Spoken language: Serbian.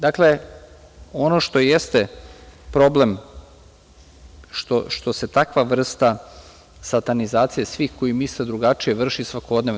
Dakle, ono što jeste problem, što se takva vrsta satanizacije svih koji misle drugačije vrši svakodnevno.